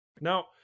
Now